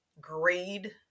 greed